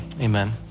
amen